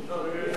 סעיף 1